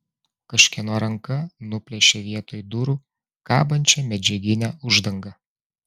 kažkieno ranka nuplėšė vietoj durų kabančią medžiaginę uždangą